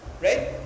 right